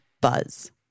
buzz